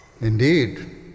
Indeed